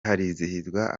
harizihizwa